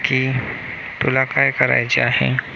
की तुला काय करायचे आहे